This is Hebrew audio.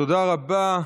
תודה רבה.